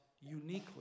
uniquely